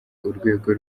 urwego